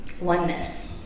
Oneness